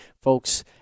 Folks